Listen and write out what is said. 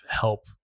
help